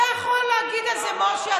אתה יכול להגיד על זה, משה.